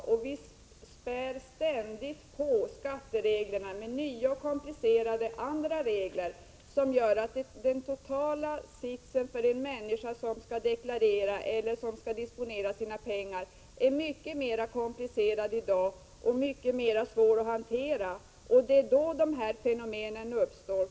Skattereglerna späs ständigt på med nya och komplicerade regler, som gör den totala sitsen för en människa som skall deklarera eller disponera sina pengar mycket mera komplicerad och svår att hantera i dag. Det är då sådana här fenomen uppstår.